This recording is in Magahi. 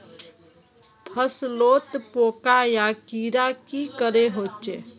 फसलोत पोका या कीड़ा की करे होचे?